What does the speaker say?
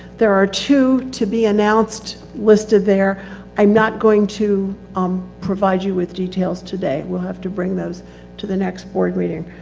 there are two to be announced listed there i'm not going to um provide you with details today, we'll have to bring those to the next board meeting.